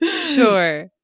Sure